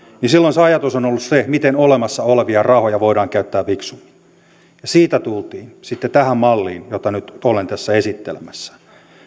niin silloin se ajatus on ollut se miten olemassa olevia rahoja voidaan käyttää fiksummin ja siitä tultiin sitten tähän malliin jota nyt olen tässä esittelemässä